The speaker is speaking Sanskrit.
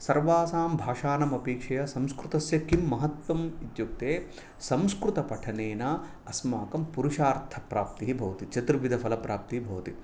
सर्वासां भाषाणां अपेक्षया संस्कृतस्य किं महत्वम् इत्युक्ते संस्कृतपठनेन अस्माकं पुरुषार्थप्राप्तिः भवति चतुर्विधफलप्राप्तिः भवति